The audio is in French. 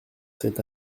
cet